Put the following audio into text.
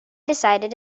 decided